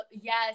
Yes